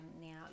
now